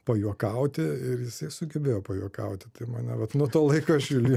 pajuokauti ir jisai sugebėjo pajuokauti tai mane vat nuo to laiko aš julijonu